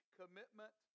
commitment